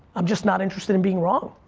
i'm just not interested in being wrong.